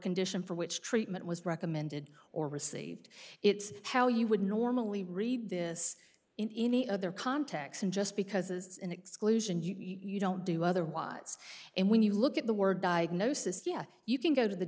condition for which treatment was recommended or received it's how you would normally read this in any other context and just because it's an exclusion you don't do otherwise and when you look at the word diagnosis yes you can go to the